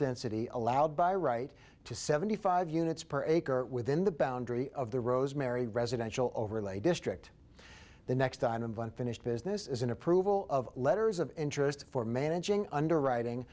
density allowed by right to seventy five units per acre within the boundary of the rosemary residential overlay district the next time i'm done finished business is in approval of letters of interest for managing underwriting